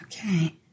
Okay